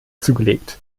zugelegt